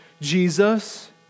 Jesus